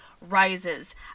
Rises